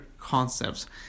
concepts